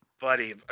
Buddy